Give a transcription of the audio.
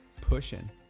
pushing